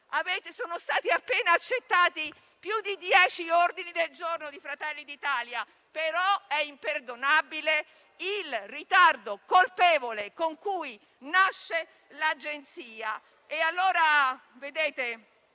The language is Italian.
appena stati accolti più di dieci ordini del giorno di Fratelli d'Italia - però è imperdonabile il ritardo colpevole con il quale nasce l'Agenzia.